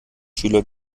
schüler